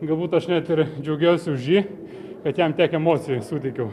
galbūt aš net ir džiaugiausi už jį kad jam tiek emocijų suteikiau